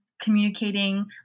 communicating